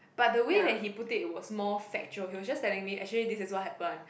but the way that he put it was more factual actually this was what happen